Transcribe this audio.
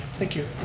thank you.